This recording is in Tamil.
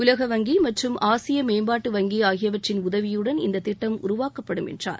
உலக வங்கி மற்றும் ஆசிய மேம்பாட்டு வங்கி ஆகியவற்றின் உதவியுடன் இந்தத் திட்டம் உருவாக்கப்படும் என்றார்